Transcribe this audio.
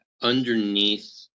Underneath